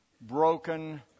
broken